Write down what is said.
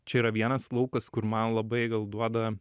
čia yra vienas laukas kur man labai gal duoda